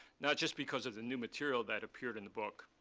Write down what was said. not just because of the new material that appeared in the book,